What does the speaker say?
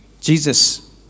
Jesus